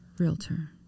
Realtor